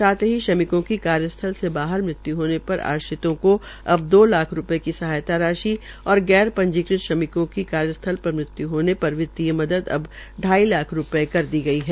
साथ की श्रमिकों की कार्य स्थल से बाहर मृत्यु होने पर आश्रितों को अब दो लाख रूपये की सहायता राशि और गैर पंजीकृत श्रमिकों को कार्य स्थल पर मृत्यु होने पर वित्तीय मदद अब ढाई लाख रूपये कर दी है